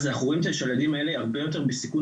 אז אנחנו רואים שהילדים האלה הם הרבה יותר בסיכון